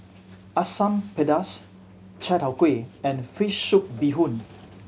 Asam Pedas Chai Tow Kuay and fish soup bee hoon